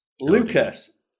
Lucas